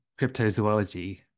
cryptozoology